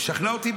זה משכנע אותי.